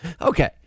Okay